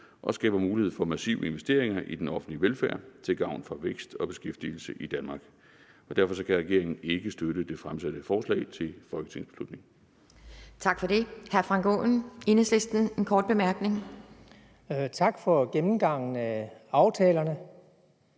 og skaber mulighed for massive investeringer i den offentlige velfærd til gavn for vækst og beskæftigelse i Danmark. Derfor kan regeringen ikke støtte det fremsatte forslag til folketingsbeslutning. Kl. 12:53 Anden næstformand (Pia Kjærsgaard): Tak for det. Hr. Frank Aaen,